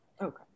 Okay